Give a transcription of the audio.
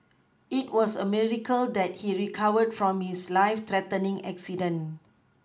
it was a miracle that he recovered from his life threatening accident